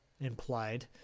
implied